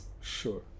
sure